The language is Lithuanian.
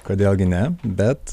kodėl gi ne bet